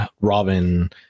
robin